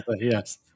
Yes